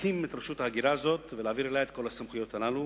להקים את רשות ההגירה הזאת ולהעביר אליה את כל הסמכויות הללו,